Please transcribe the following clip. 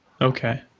Okay